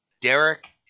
Derek